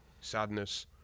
sadness